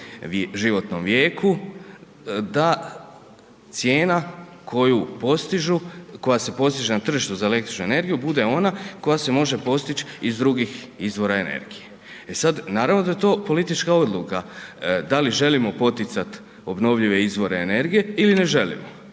životnom vijeku da cijena koju postižu, koja se postiže na tržištu za električnu energiju bude ona koja se može postići iz drugih izvora energije. E sad, naravno da je to politička odluka da li želimo poticati obnovljive izvore energije ili ne želimo.